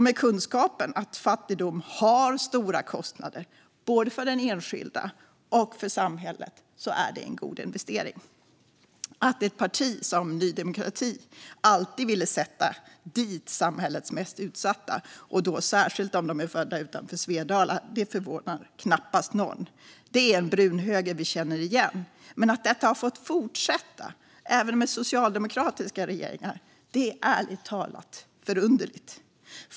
Med kunskapen om att fattigdom innebär stora kostnader för både den enskilde och samhället är det en god investering. Att ett parti som Ny demokrati alltid ville sätta dit samhällets mest utsatta, särskilt om de var födda utanför Svedala, förvånar knappast någon. Det är en brunhöger som vi känner igen. Men att detta har fått fortsätta, även med socialdemokratiska regeringar, är ärligt talat underligt.